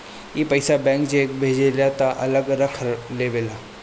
ई पइसा bank cheque भजले तक अलग रख लेवेला